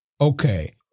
Okay